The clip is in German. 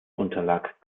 unterlag